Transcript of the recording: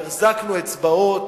החזקנו אצבעות,